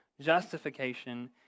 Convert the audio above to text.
justification